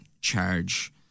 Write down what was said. charge